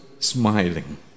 smiling